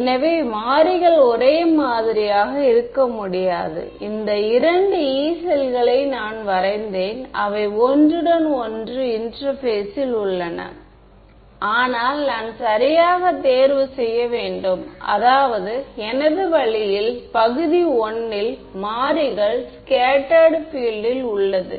எனவே மாறிகள் ஒரே மாதிரியாக இருக்க முடியாது இந்த இரண்டு யீ செல்களை நான் வரைந்தேன் அவை ஒன்றுடன் ஒன்று இன்டெர்பேஸில் உள்ளன ஆனால் நான் சரியாக தேர்வு செய்ய வேண்டும் அதாவது எனது வழியில் பகுதி I இல் மாறிகள் ஸ்கேட்டர்டு பீல்ட் ல் உள்ளது